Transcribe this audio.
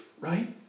right